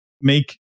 make